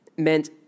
Meant